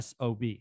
SOB